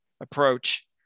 approach